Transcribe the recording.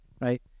right